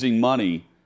money